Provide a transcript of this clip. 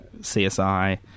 CSI